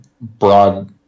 broad